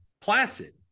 placid